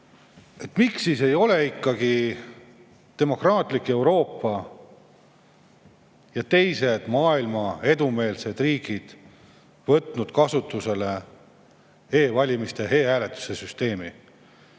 miks siis ei ole ikkagi demokraatlik Euroopa ja teised maailma edumeelsed riigid võtnud kasutusele e‑valimiste ja e‑hääletuse süsteemi?